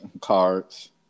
Cards